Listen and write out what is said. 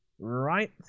right